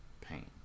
pain